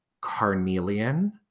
carnelian